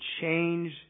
change